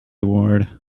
ward